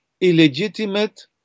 illegitimate